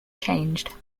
changed